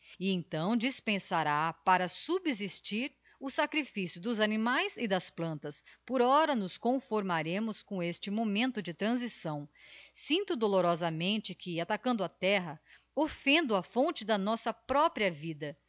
então dispensará para subsistir o sacrifício dos animaes e das plantas por ora nos conformaremos com este momento de transição sinto dolorosamente que atacando a terra ofíendo a lonte da nossa própria vida